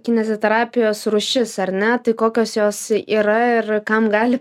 kineziterapijos rūšis ar ne tai kokios jos yra ir kam gali